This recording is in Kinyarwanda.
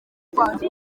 rwanda